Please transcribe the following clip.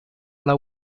alla